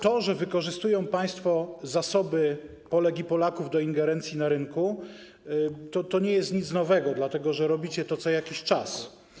To, że wykorzystują państwo zasoby Polek i Polaków do ingerencji na rynku, to nie jest nic nowego, dlatego że robicie to co jakiś czas.